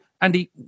Andy